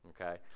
Okay